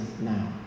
now